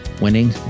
winning